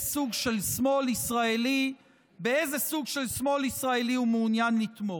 סוג של שמאל ישראלי הוא מעוניין לתמוך.